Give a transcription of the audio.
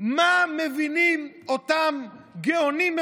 מה מבינים אותם "גאונים",